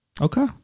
Okay